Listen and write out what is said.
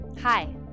Hi